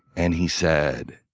and he said,